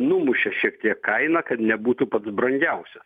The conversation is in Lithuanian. numušė šiek tiek kainą kad nebūtų pats brangiausias